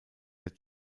der